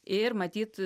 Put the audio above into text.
ir matyt